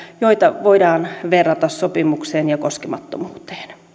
joita voidaan verrata sopimukseen ja koskemattomuuteen